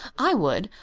i would.